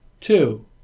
Two